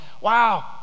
Wow